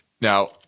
Now